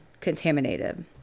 contaminated